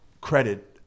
credit